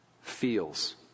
feels